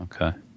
Okay